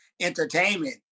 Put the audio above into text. entertainment